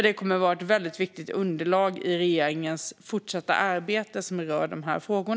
Det kommer att vara ett väldigt viktigt underlag i regeringens fortsatta arbete som rör dessa frågor.